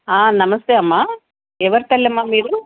నమస్తే అమ్మ ఎవరి తల్లి అమ్మ మీరు